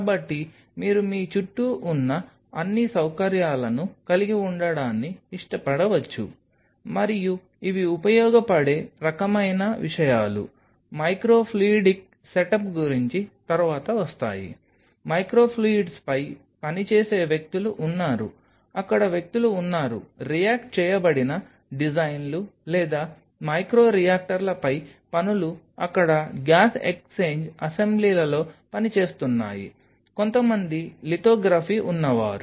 కాబట్టి మీరు మీ చుట్టూ ఉన్న అన్ని సౌకర్యాలను కలిగి ఉండడాన్ని ఇష్టపడవచ్చు మరియు ఇవి ఉపయోగపడే రకమైన విషయాలు మైక్రో ఫ్లూయిడిక్ సెటప్ గురించి తరువాత వస్తాయి మైక్రో ఫ్లూయిడ్స్పై పనిచేసే వ్యక్తులు ఉన్నారు అక్కడ వ్యక్తులు ఉన్నారు రియాక్ట్ చేయబడిన డిజైన్లు లేదా మైక్రో రియాక్టర్లపై పనులు అక్కడ గ్యాస్ ఎక్స్ఛేంజ్ అసెంబ్లీలలో పని చేస్తున్నాయి కొంత మంది లితోగ్రఫీ ఉన్నవారు